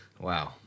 wow